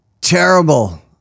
terrible